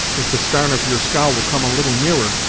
if the starn of your scow will come a little nearer.